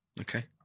okay